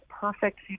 perfect